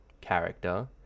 character